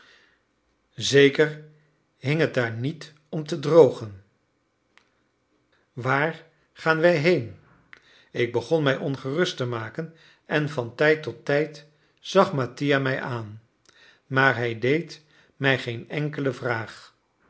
zeker hing het daar niet om te drogen waar gaan wij heen ik begon mij ongerust te maken en van tijd tot tijd zag mattia mij aan maar hij deed mij geen enkele vraag